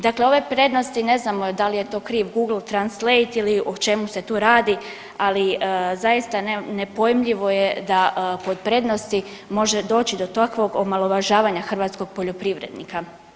Dakle, ove prednosti ne znamo da li je to kriv Google translate ili o čemu se tu radi, ali zaista nepojmljivo je da pod prednosti može doći do takvog omalovažavanja hrvatskog poljoprivrednika.